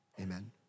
Amen